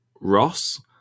Ross